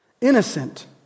Innocent